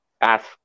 ask